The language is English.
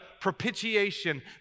propitiation